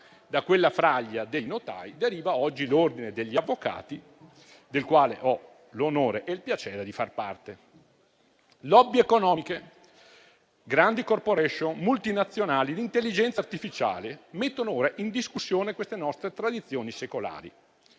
Dalla fraglia dei notai deriva oggi l'ordine degli avvocati, del quale ho l'onore e il piacere di far parte. *Lobby* economiche, grandi *corporation*, multinazionali e intelligenza artificiale mettono ora in discussione queste nostre tradizioni secolari